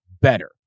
better